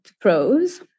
pros